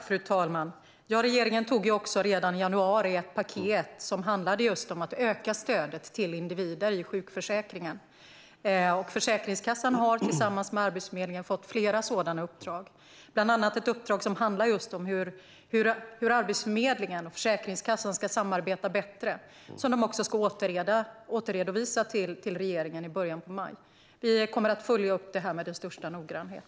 Fru talman! Regeringen beslutade redan i januari om ett paket för att öka stödet till individer i sjukförsäkringen. Försäkringskassan har tillsammans med Arbetsförmedlingen fått flera sådana uppdrag. Ett uppdrag handlar om hur Arbetsförmedlingen och Försäkringskassan kan samarbeta bättre, och det ska redovisas för regeringen i början av maj. Vi kommer att följa upp detta med största noggrannhet.